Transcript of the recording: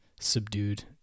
subdued